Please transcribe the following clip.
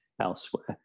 elsewhere